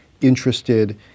interested